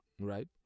right